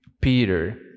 Peter